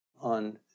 on